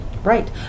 Right